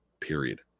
Period